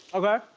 okay?